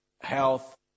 health